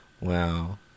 Wow